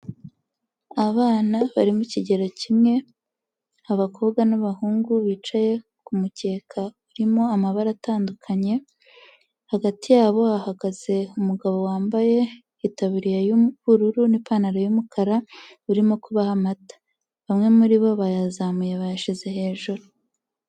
Abana bari mu kigero kimwe, abakobwa n'abahungu bicaye ku mukeka urimo amabara atandukanye, hagati yabo hahagaze umugabo wambaye itaburiya y'ubururu n'ipantaro y'umukara, urimo kubaha amata. Bamwe muri bo bayazamuye bayashyize hejuru.